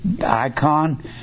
icon